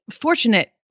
fortunate